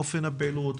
אופן הפעילות,